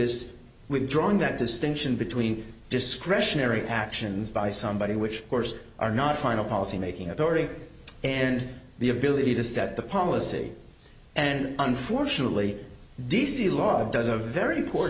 this with drawing that distinction between discretionary actions by somebody which course are not final policy making authority and the ability to set the policy and unfortunately d c law does a very poor